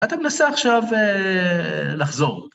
אתה מנסה עכשיו לחזור.